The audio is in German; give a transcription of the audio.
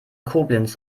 koblenz